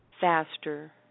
faster